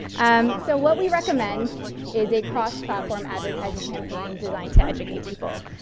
um, so what we recommend is a cross platform advertising campaign designed to educate people,